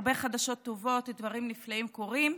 הרבה חדשות טובות, דברים נפלאים קורים.